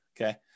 okay